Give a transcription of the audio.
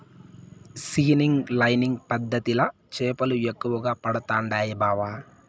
seining lining పద్ధతిల చేపలు ఎక్కువగా పడుతండాయి బావ